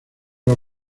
los